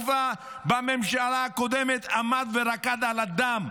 שבממשלה הקודמת עמד ורקד על הדם,